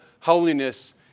holiness